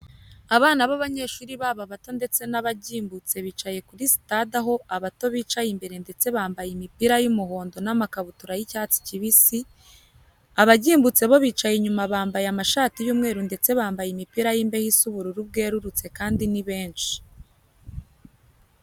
Abana b'abanyeshuri baba abato ndetse n'abagimbutse bicaye muri sitade aho abato bicaye imbere ndetse bambaye imipira y'umuhondo n'amakabutura y'icyatsi kibisi, abagimbutse bo bicaye inyuma bambaye amashati y'umweru ndetse bambaye imipira y'imbeho isa ubururu bwerurutse kandi ni benshi.